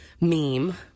meme